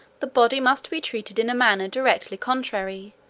the body must be treated in a manner directly contrary,